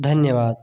धन्यवाद